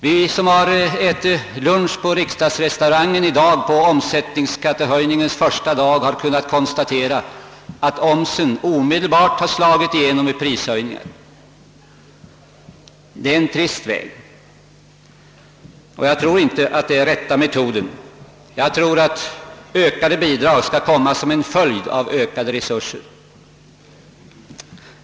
Vi som ätit lunch i riksdagsrestaurangen i dag på omsättningsskattehöjningens första dag har kunnat konstatera att omsen omedelbart slagit igenom i prishöjningar. Det är en trist väg, och jag tror inte att det är rätta metoden. Jag anser att ökade bidrag skall komma som en följd av ökade resurser.